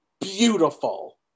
beautiful